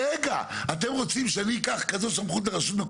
יכול להיות בסכום שלא